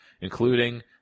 including